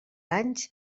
anys